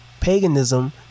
paganism